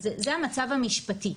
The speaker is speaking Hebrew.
זה המצב המשפטי.